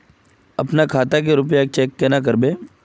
अपना खाता के रुपया चेक केना करबे?